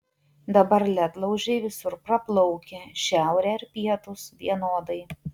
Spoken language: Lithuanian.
dabar ledlaužiai visur praplaukia šiaurė ar pietūs vienodai